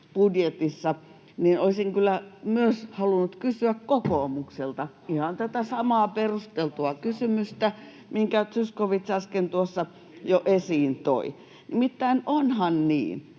lisäbudjetissa, olisin kyllä myös halunnut kysyä kokoomukselta ihan tätä samaa perusteltua kysymystä, minkä Zyskowicz äsken tuossa jo esiin toi. Nimittäin onhan niin,